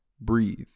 breathe